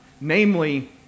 Namely